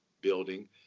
building